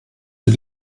die